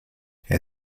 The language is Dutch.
hij